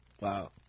Wow